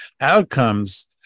outcomes